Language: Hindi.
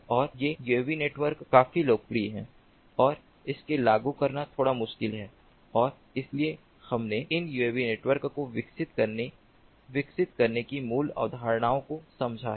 और ये यूएवी नेटवर्क काफी लोकप्रिय हैं और इन्हें लागू करना थोड़ा मुश्किल है और इसलिए हमने इन यूएवी नेटवर्क को विकसित करने विकसित करने की मूल अवधारणाओं को समझा है